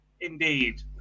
indeed